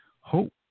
hope